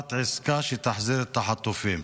והשלמת עסקה שתחזיר את החטופים.